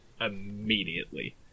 immediately